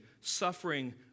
Suffering